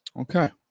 Okay